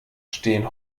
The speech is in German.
stehen